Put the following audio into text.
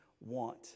want